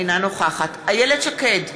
אינה נוכחת איילת שקד,